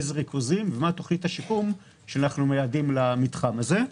אילו ריכוזים ומה תוכנית השיקום שאנחנו מייעדים למתחם הזה.